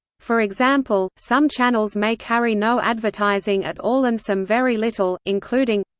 for example, some channels may carry no advertising at all and some very little, including